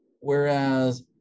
Whereas